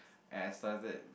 and I start it